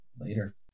Later